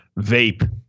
vape